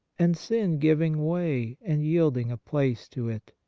and sin giving way and yielding a place to it.